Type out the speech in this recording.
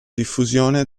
diffusione